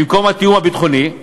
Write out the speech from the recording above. במקום התיאום הביטחוני,